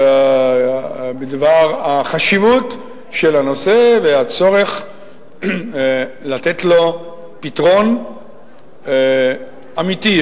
בדבר החשיבות של הנושא והצורך לתת לו פתרון אמיתי,